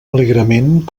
alegrement